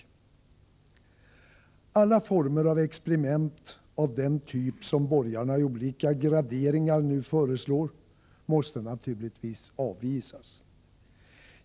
Alla former av experiment av den typ som borgarna av olika graderingar nu föreslår måste naturligtvis avvisas.